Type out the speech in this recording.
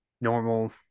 normal